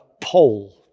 pole